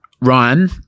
Ryan